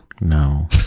No